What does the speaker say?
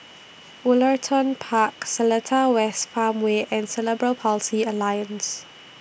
Woollerton Park Seletar West Farmway and Cerebral Palsy Alliance